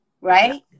Right